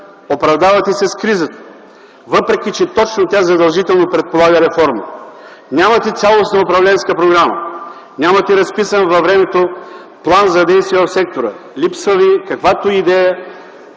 оправдавате се с кризата, въпреки че точно тя задължително предполага реформа. Нямате цялостна управленска програма, нямате разписан във времето план за действия в сектора. Липсва каквато и